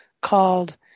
called